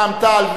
רע"ם-תע"ל,